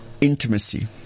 intimacy